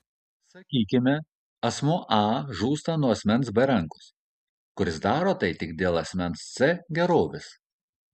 sakykime asmuo a žūsta nuo asmens b rankos kuris daro tai tik dėl asmens c gerovės